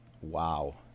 wow